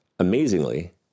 Amazingly